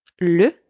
le